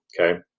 Okay